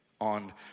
on